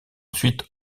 ensuite